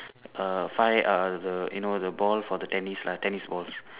err five err the you know the ball for the tennis lah tennis balls